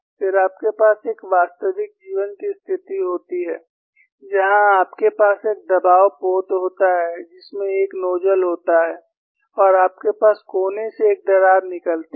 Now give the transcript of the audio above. फिर आपके पास एक वास्तविक जीवन की स्थिति होती है जहां आपके पास एक दबाव पोत होता है जिसमें एक नोजल होता है और आपके पास कोने से एक दरार निकलती है